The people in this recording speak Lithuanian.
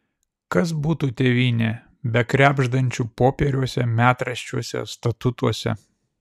kas būtų tėvynė be krebždančių popieriuose metraščiuose statutuose